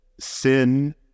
Sin